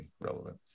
relevant